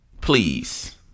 please